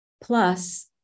plus